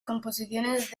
composiciones